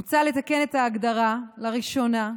מוצע לתקן את ההגדרה, לראשונה,